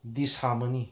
disharmony